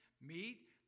meet